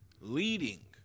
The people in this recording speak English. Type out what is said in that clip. leading